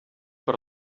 per